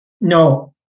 no